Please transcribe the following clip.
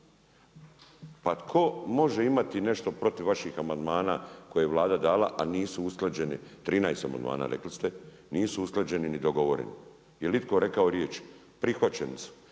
Pa tko može imati nešto protiv vaših amandmana koje je Vlada dala, a nisu usklađeni, 13 amandmana rekli ste, nisu usklađeni ni dogovoreni. Jel' itko rekao riječ? Jel'